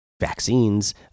vaccines